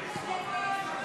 הסתייגות 95 לא נתקבלה.